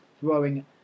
throwing